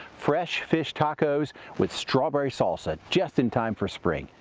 fresh fish tacos with strawberry salsa just in time for spring,